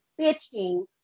bitching